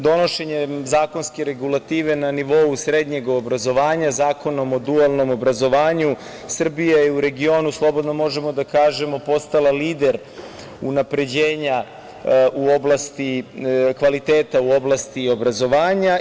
Donošenjem zakonske regulative na nivou srednjeg obrazovanja Zakonom o dualnom obrazovanju, Srbija je, u regionu, slobodno možemo da kažemo, postala lider unapređenja kvaliteta u oblasti obrazovanja.